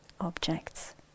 objects